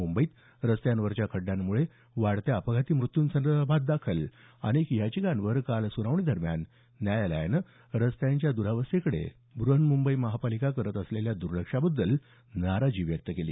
मुंबईत रस्त्यांवरच्या खड्ड्यांमुळे वाढत्या अपघाती मृत्यूंसंदर्भात दाखल अनेका याचिकांवर काल सुनावणीदरम्यान न्यायालयानं रस्त्यांच्या दुरावस्थेकडे ब्रहन्मुंबई महापालिका करत असलेल्या दुर्लक्षाबद्दल नाराजी व्यक्त केली